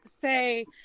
say